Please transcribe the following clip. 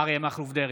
אריה מכלוף דרעי,